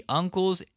uncles